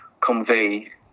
convey